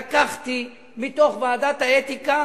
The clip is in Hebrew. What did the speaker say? מתוך ועדת האתיקה